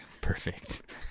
Perfect